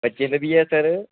बच्चें दा B A sir